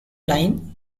line